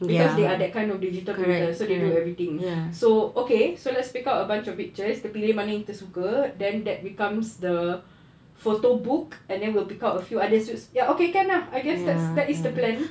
cause they are that kind of digital printers so they do everything so okay so let's pick out a bunch of pictures kita pilih mana yang kita suka then that becomes the photo book and then we pick out a few others ya okay can ah I guess that is the plan